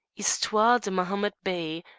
histoire de mahomet bey,